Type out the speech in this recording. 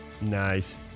Nice